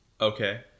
Okay